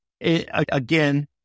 Again